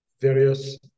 various